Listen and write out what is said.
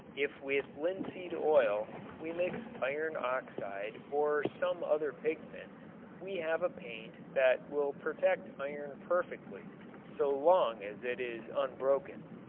if with linseed oil we mix iron oxide or some other pigment we have a paint that will protect iron perfectly so long as it is unbroken.